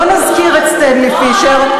לא נזכיר את סטנלי פישר,